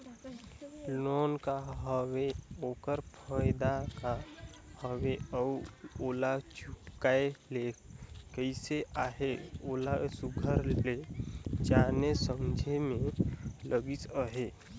loan का हवे ओकर फएदा का हवे अउ ओला चुकाए ले कइसे अहे ओला सुग्घर ले जाने समुझे में लगिस अहे